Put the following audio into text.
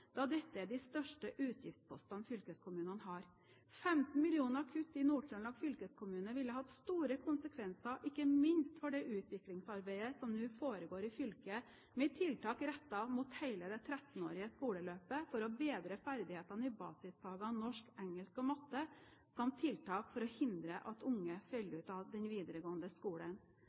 da dette er den største utgiftsposten fylkeskommunene har. 15 mill. kr i kutt i Nord-Trøndelag fylkeskommune ville hatt store konsekvenser, ikke minst for det utviklingsarbeidet som nå foregår i fylket, med tiltak rettet mot hele det 13-årige skoleløpet for å bedre ferdighetene i basisfagene norsk, engelsk og matte samt tiltak for å hindre at unge faller ut av den videregående skolen.